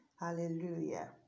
Hallelujah